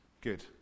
Good